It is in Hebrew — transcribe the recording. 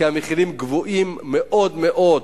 כי המחירים גבוהים מאוד מאוד,